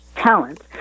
talent